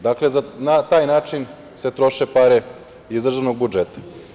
Dakle, na taj način se troše pare iz državnog budžeta.